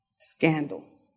Scandal